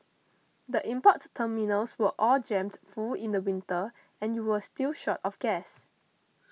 the import terminals were all jammed full in the winter and you were still short of gas